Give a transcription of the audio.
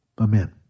Amen